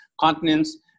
continents